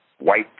white